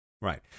Right